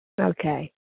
Okay